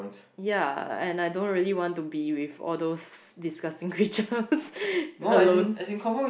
ya and I don't really want to be with all those disgusting creatures alone